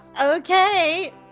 okay